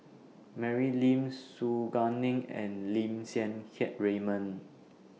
Mary Lim Su Guaning and Lim Siang Keat Raymond